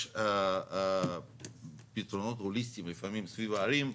יש פתרונות הוליסטיים לפעמים סביב הערים.